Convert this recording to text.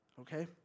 Okay